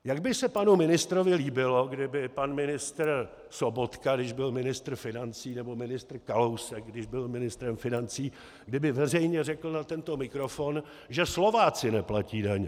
Jak by se panu ministrovi líbilo, kdyby pan ministr Sobotka, když byl ministrem financí, nebo ministr Kalousek, když byl ministrem financí, veřejně řekl na tento mikrofon, že Slováci neplatí daně?